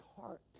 heart